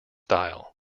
style